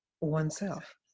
oneself